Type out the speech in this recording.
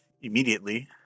immediately